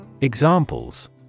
Examples